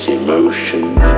emotions